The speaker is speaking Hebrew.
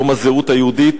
יום הזהות היהודית,